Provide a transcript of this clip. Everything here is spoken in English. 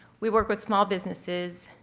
we work with small businesses,